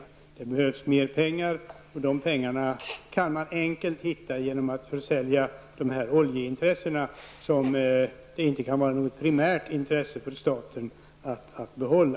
Det behövs mer pengar, och de pengarna kan man enkelt hitta genom att försälja dessa oljeintressen, vilka staten inte kan ha något primärt intresse av att behålla.